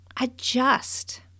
adjust